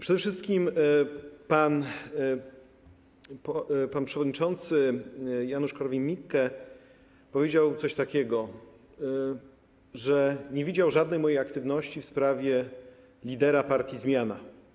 Przede wszystkim pan przewodniczący Janusz Korwin-Mikke powiedział coś takiego, że nie widział żadnej mojej aktywności w sprawie lidera partii Zmiana.